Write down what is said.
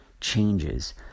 changes